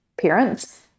parents